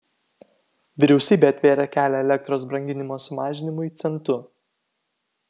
vyriausybė atvėrė kelią elektros brangimo sumažinimui centu